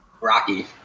Rocky